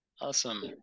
awesome